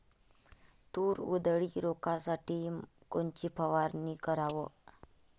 तूर उधळी रोखासाठी कोनची फवारनी कराव?